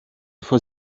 vor